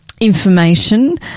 information